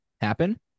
happen